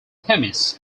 themis